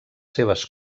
seves